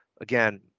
again